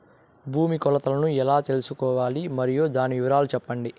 భూమి కొలతలను ఎలా తెల్సుకోవాలి? మరియు దాని వివరాలు సెప్పండి?